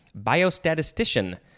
Biostatistician